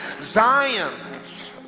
Zion's